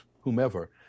whomever